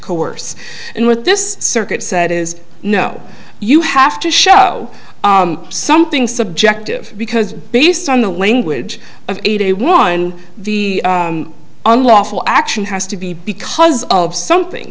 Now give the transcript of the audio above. coerce and with this circuit set is no you have to show something subjective because based on the language of eighty one the unlawful action has to be because of something